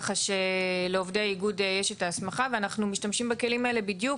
ככה שלעובדי האיגוד יש את ההסמכה ואנחנו משתמשים בכלים האלה בדיוק